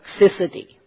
toxicity